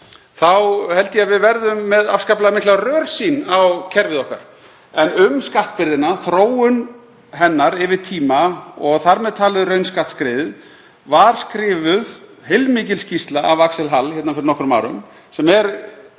þá held ég að við verðum með afskaplega mikla rörsýn á kerfið okkar. En um skattbyrðina, þróun hennar yfir tíma og þar með talið raunskattsskriðið, var skrifuð heilmikil skýrsla af Axel Hall fyrir nokkrum árum —